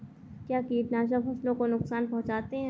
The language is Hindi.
क्या कीटनाशक फसलों को नुकसान पहुँचाते हैं?